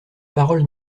paroles